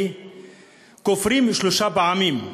כופרים שלוש פעמים: